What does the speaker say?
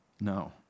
No